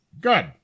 Good